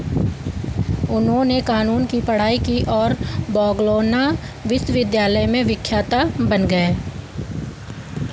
उन्होंने कानून की पढ़ाई की और बौग्लोना विश्वविद्यालय में विख्याता बन गए